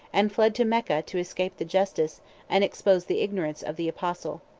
and fled to mecca to escape the justice, and expose the ignorance, of the apostle.